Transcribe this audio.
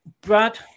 Brad